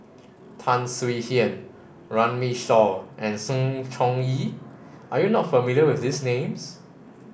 Tan Swie Hian Runme Shaw and Sng Choon Yee are you not familiar with these names